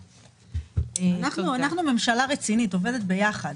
אנחנו ממשלה רצינית, עובדת ביחד.